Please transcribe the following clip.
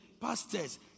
pastors